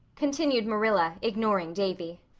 continued marilla, ignoring davy.